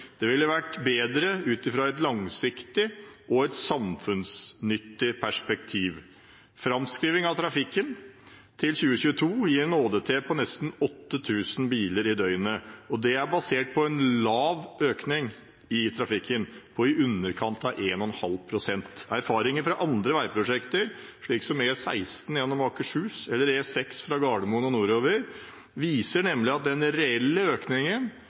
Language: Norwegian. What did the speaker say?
Det ville vært bedre ut fra et langsiktig og samfunnsnyttig perspektiv. Framskrivning av trafikken til 2022 gir en ÅDT på nesten 8 000 biler i døgnet, og det er basert på en lav økning i trafikken på i underkant av 1,5 pst. Erfaringer fra andre veiprosjekter, som E16 gjennom Akershus og E6 fra Gardermoen og nordover, viser at den reelle økningen